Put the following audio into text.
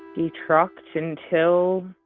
we trucked until